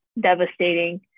devastating